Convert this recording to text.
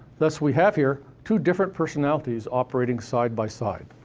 thus, we have here two different personalities operating side by side.